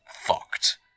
fucked